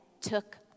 took